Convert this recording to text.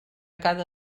cada